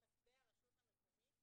לחסדי הרשות המקומית,